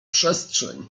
przestrzeń